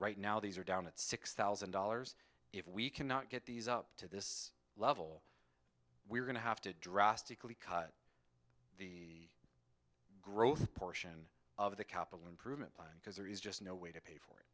right now these are down at six thousand dollars if we cannot get these up to this level we're going to have to drastically cut growth portion of the capital improvement plan because there is just no way to pay